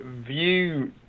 view